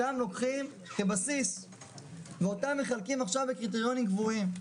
אותם לוקחים כבסיס ואותם מחלקים עכשיו לקריטריונים קבועים.